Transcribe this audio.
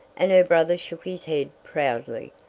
and her brother shook his head proudly,